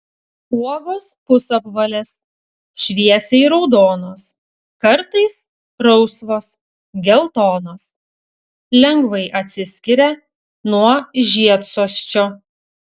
uogos pusapvalės šviesiai raudonos kartais rausvos geltonos lengvai atsiskiria nuo žiedsosčio